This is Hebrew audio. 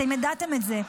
אתם ידעתם את זה.